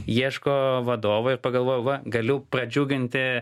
ieško vadovo ir pagalvojau va galiu pradžiuginti